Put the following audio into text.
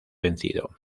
vencido